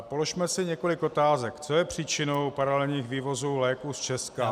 Položme si několik otázek, co je příčinou paralelních vývozů léků z Česka.